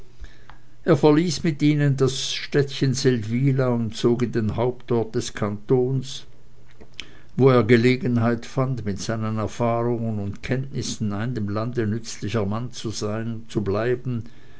er verließ mit ihnen das städtchen seldwyla und zog in den hauptort des kantons wo er gelegenheit fand mit seinen erfahrungen und kenntnissen ein dem lande nützlicher mann zu sein und zu bleiben